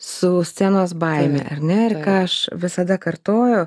su scenos baime ar ne ir ką aš visada kartoju